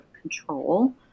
control